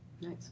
Nice